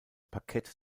parkett